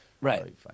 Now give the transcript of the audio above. right